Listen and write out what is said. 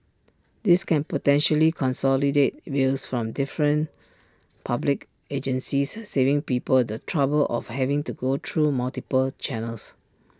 this can potentially consolidate bills from different public agencies saving people the trouble of having to go through multiple channels